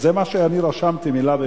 זה מה שאני רשמתי, מלה במלה.